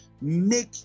make